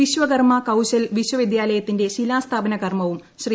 വിശ്വകർമ്മ കൌശൽ വിശ്വവിദ്യാലയത്തിന്റെ ശിലാസ്ഥാപന കർമ്മവും ശ്രീ